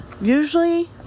Usually